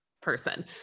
person